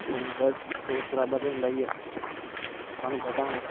train दा शोर शराबा ते होंदा हा ऐ